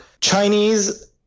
Chinese